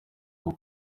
ako